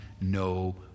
no